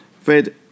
Fed